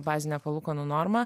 bazinę palūkanų normą